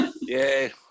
Yay